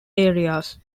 areas